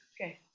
Okay